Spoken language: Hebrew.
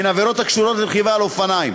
הן עבירות הקשורות לרכיבה על אופניים,